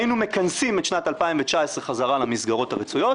היינו מכנסים את שנת 2019 חזרה למסגרות הרצויות,